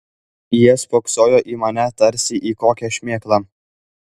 jie spoksojo į mane tarsi į kokią šmėklą